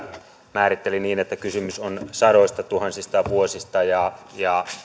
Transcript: määritteli niin että kysymys on sadoistatuhansista vuosista ja ja